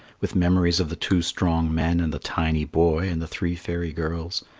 with memories of the two strong men and the tiny boy and the three fairy girls.